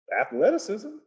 athleticism